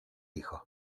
hijos